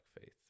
faith